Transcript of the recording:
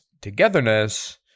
togetherness